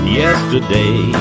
yesterday